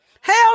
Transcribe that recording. hell